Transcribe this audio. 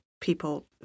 people